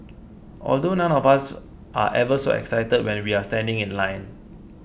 although none of us are ever so excited when we're standing in line